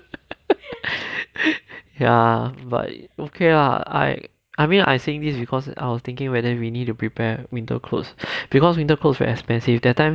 ya but okay lah I mean I think I was thinking weather we need to prepare winter clothes because winter clothes very expensive that time